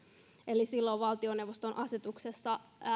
eli silloin valtioneuvoston asetuksessa